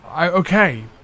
Okay